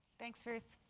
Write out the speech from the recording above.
thanks, ruth.